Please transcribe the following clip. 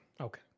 Okay